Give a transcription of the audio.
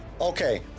okay